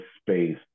space